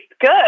good